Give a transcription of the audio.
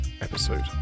episode